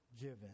given